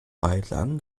beilagen